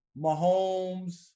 Mahomes